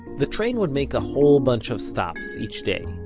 the train would make a whole bunch of stops each day,